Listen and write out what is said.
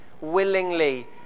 willingly